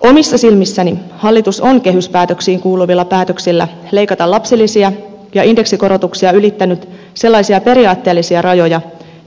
omissa silmissäni hallitus on kehyspäätöksiin kuuluvilla päätöksillään leikata lapsilisiä ja indeksikorotuksia ylittänyt sellaisia periaatteellisia rajoja